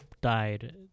died